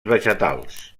vegetals